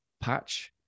patch